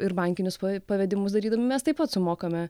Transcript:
ir bankinius pavedimus darydami mes taip pat sumokame